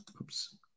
Oops